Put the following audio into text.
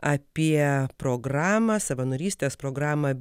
apie programą savanorystės programą